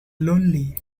lonely